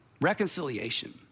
Reconciliation